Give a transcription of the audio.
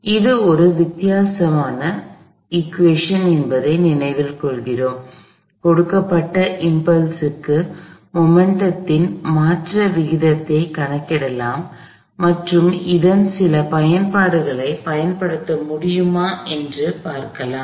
எனவே இது ஒரு வித்தியாச சமன்பாடு என்பதை நினைவில் கொள்கிறோம் கொடுக்கப்பட்ட இம்பல்ஸ் க்கு மொமெண்ட்டத்தின் மாற்ற விகிதத்தைக் கணக்கிடலாம் மற்றும் இதன் சில பயன்பாடுகளைப் பயன்படுத்த முடியுமா என்று பார்க்கலாம்